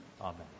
Amen